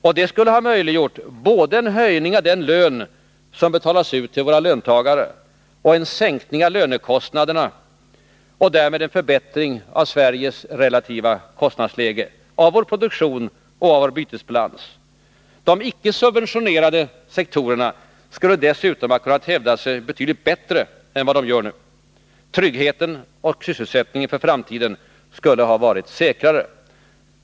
Detta skulle ha möjliggjort både en höjning av den lön som betalas ut till våra löntagare och en sänkning av lönekostnaderna och därmed en förbättring av Sveriges relativa kostnadsläge, av vår produktion och av vår bytesbalans. De icke subventionerade sektorerna skulle dessutom ha kunnat hävda sig betydligt bättre än vad de gör nu. Tryggheten och sysselsättningen för framtiden skulle ha varit säkrare.